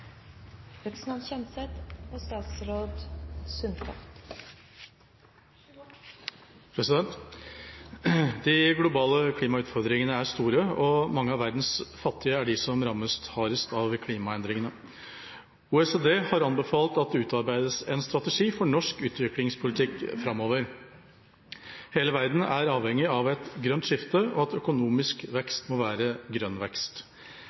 globale klimautfordringene er store, og mange av verdens fattigste er de som rammes hardest av klimaendringene. OECD har anbefalt at det utarbeides en strategi for norsk utviklingspolitikk framover. Hele verden er avhengig av et grønt skifte, og at økonomisk vekst må være grønn vekst.